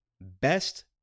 Best